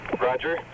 Roger